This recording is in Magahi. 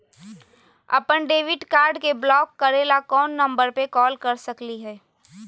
अपन डेबिट कार्ड के ब्लॉक करे ला कौन नंबर पे कॉल कर सकली हई?